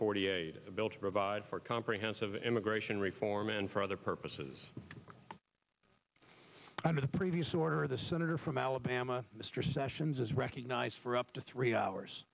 forty eight a bill to provide for comprehensive immigration reform and for other purposes under the previous order the senator from alabama mr sessions is recognized for up to three hours